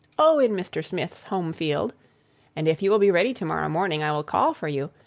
oh, in mr. smith's home-field and if you will be ready to-morrow morning, i will call for you,